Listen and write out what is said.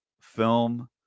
film